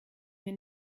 mir